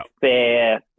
fair